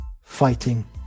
fighting